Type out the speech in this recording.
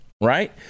right